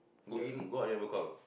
go in go out never call